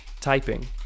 typing